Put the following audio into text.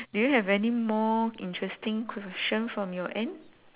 do you have any more interesting question from your end